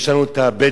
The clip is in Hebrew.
יש לנו הבדואים